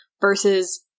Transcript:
versus